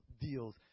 deals